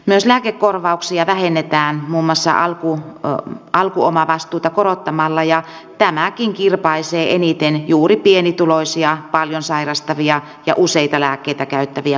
myös lääkekorvauksia vähennetään muun muassa alkuomavastuuta korottamalla ja tämäkin kirpaisee eniten juuri pienituloisia paljon sairastavia ja useita lääkkeitä käyttäviä kansalaisia